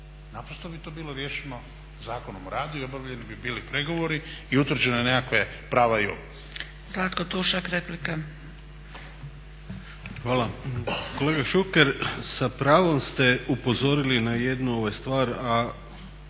naprosto bi to bilo riješeno Zakonom o radu i obavljeni bi bili pregovori i utvrđene nekakve prava i obveze.